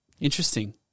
interesting